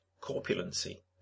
Corpulency